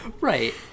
right